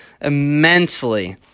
immensely